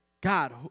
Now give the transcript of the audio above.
God